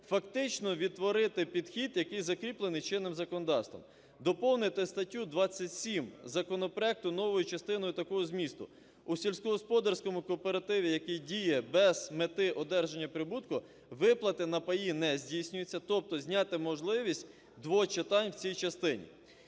фактично відтворити підхід, який закріплений чинним законодавством. Доповнити статтю 27 законопроекту новою частиною такого змісту: "У сільськогосподарському кооперативі, який діє без мети одержання прибутку, виплати на паї не здійснюються", - тобто зняти можливість двочитань в цій частині.